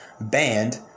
Band